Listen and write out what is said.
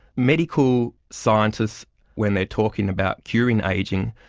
medical scientists when they're talking about curing ageing,